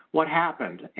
what happened?